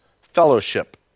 fellowship